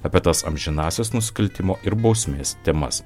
apie tas amžinąsias nusikaltimo ir bausmės temas